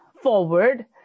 forward